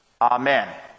Amen